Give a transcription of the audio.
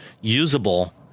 usable